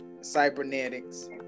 cybernetics